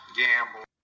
gamble